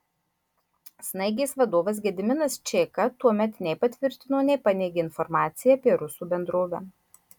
snaigės vadovas gediminas čeika tuomet nei patvirtino nei paneigė informaciją apie rusų bendrovę